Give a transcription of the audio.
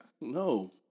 No